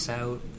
out